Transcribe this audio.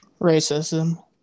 Racism